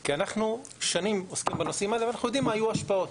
כי אנחנו שנים עוסקים בנושאים האלה ואנחנו יודעים מה יהיו ההשפעות,